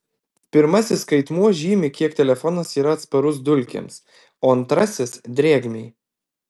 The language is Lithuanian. pirmasis skaitmuo žymi kiek telefonas yra atsparus dulkėms o antrasis drėgmei